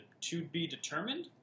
to-be-determined